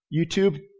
YouTube